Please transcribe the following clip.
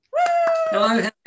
Hello